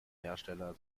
hersteller